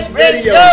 radio